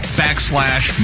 backslash